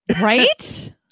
right